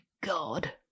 God